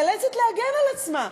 נאלצת להגן על עצמה,